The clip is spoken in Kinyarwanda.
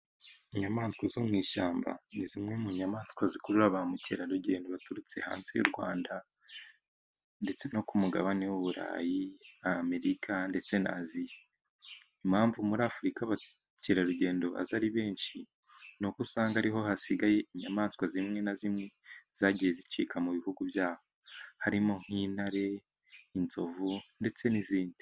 Inyamaswa zo mu ishyamba ni zimwe mu nyamaswa zikurura ba mukerarugendo baturutse hanze y'u Rwanda ndetse no ku mugabane w'Uburayi, nk' Amerika ndetse n'Aziya impamvu muri Afurika, abakerarugendo baza ari benshi. Ni uko usanga ari ho hasigaye inyamaswa zimwe na zimwe zagiye zicika mu bihugu byabo. Harimo nk'intare, inzovu ndetse n'izindi.